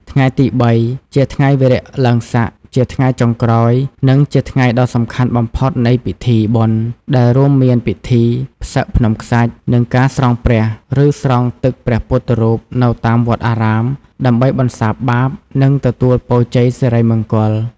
ថ្ងៃទី ៣ ជាថ្ងៃវារៈឡើងស័ក ជាថ្ងៃចុងក្រោយ និងជាថ្ងៃដ៏សំខាន់បំផុតនៃពិធីបុណ្យ ដែលរួមមានពិធី ផ្សឹកភ្នំខ្សាច់ និង ការស្រង់ព្រះ ឬស្រង់ទឹកព្រះពុទ្ធរូបនៅតាមវត្តអារាម ដើម្បីបន្សាបបាប និងទទួលពរជ័យសិរីមង្គល។